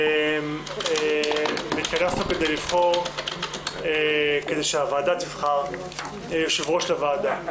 כדי שהוועדה תבחר יושב-ראש לוועדה.